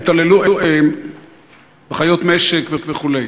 זה על התעללות, חיות משק וכו'.